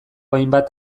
hainbat